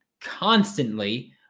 constantly